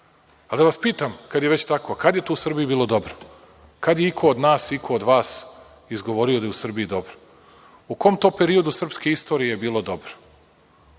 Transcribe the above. vas pitam, kada je već tako, a kad je to u Srbiji bilo dobro? Kada je iko od nas, iko od vas izgovorio da je u Srbiji dobro? U kom to periodu srpske istorije je bilo dobro?